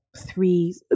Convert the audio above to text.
three